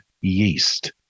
yeast